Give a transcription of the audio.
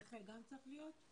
מיכאל קיפניס גם צריך להיות?